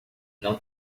não